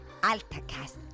AltaCast